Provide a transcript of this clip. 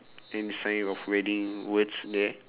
any sign of wedding words there